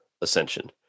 Ascension